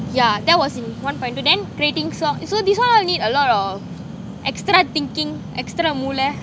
yeah that was in one point two then creating song so this one need a lot of extra thinking extra மூல:muula